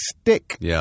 stick